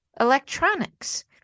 electronics